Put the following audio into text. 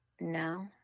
No